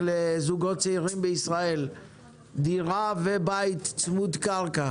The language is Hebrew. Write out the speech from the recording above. לזוגות צעירים בישראל דירה ובית צמוד קרקע.